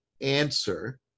answer